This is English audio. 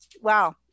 wow